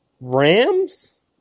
Rams